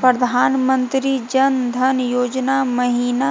प्रधानमंत्री जन धन योजना महिना